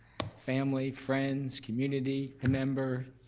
family, friends, community ah member,